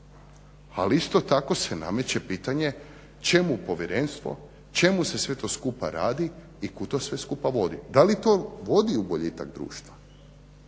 Ali isto tako se nameće pitanje čemu Povjerenstvo, čemu se sve to skupa radi i kud to sve skupa vodi? Da li to vodi u boljitak društva?